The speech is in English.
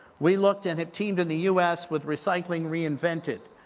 we looked and have teamed in the u s. with recycling reinvented,